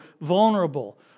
vulnerable